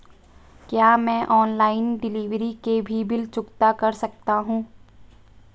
क्या मैं online delivery के भी बिल चुकता कर सकता हूँ?